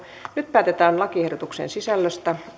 nyt päätetään lakiehdotuksen sisällöstä